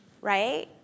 right